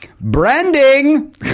Branding